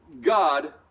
God